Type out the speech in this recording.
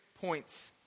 points